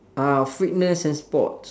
uh fitness and sports